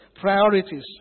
priorities